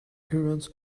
current